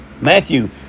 Matthew